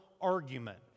argument